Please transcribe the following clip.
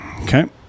Okay